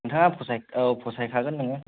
नोंथाङा फसाय औ फसायखागोन नोङो